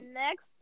next